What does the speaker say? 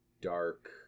dark